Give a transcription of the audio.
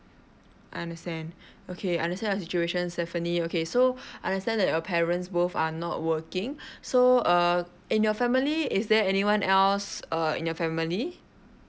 understand okay understand your situation Stephanie okay so understand that your parents both are not working so uh in your family is there anyone else err in your family